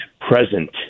present